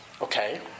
Okay